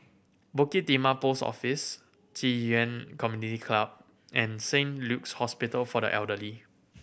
Bukit Timah Post Office Ci Yuan Community Club and Saint Luke's Hospital for the Elderly